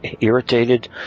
irritated